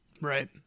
Right